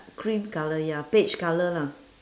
cream colour ya beige colour lah